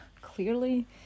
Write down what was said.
clearly